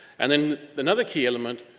and then another key element,